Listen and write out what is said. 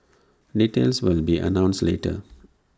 details will be announced later